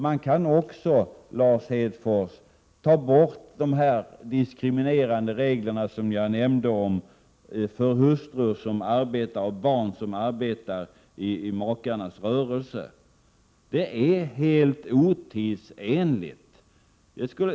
Man kan också, Lars Hedfors, ta bort de diskriminerande regler som jag nämnde för hustru och barn som arbetar i makarnas rörelse. De är helt otidsenliga.